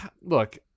Look